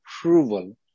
approval